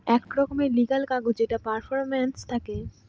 এক রকমের লিগ্যাল কাগজ যেখানে পারফরম্যান্স থাকে